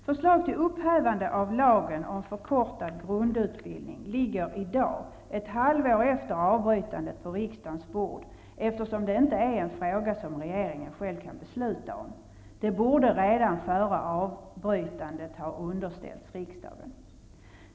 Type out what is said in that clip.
Förslag till upphävande av lagen om förkortad grundutbildning ligger i dag, ett halvår efter avbrytandet, på riksdagens bord, eftersom det inte är en fråga som regeringen själv kan besluta om. Den borde redan före avbrytandet ha underställts riksdagen.